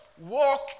walk